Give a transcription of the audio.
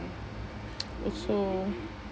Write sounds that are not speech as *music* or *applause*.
*noise* also